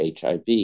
HIV